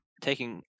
taking